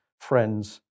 friends